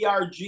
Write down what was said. ERG